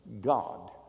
God